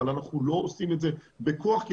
אבל אנחנו לא עושים את זה בכוח כי,